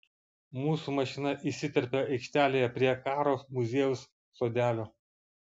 mūsų mašina įsiterpia aikštelėje prie karo muziejaus sodelio